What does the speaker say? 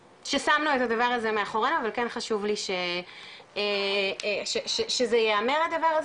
ששמנו את הדבר הזה מאחורינו אבל כן חשוב לי שזה ייאמר הדבר הזה